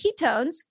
ketones